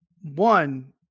one